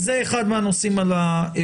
זה אחד מהנושאים על השולחן,